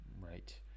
Right